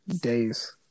days